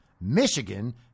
Michigan